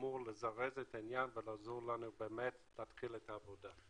אמורה לזרז את העניין ולעזור לנו באמת להתחיל את העבודה.